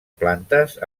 plantes